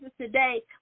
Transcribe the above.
today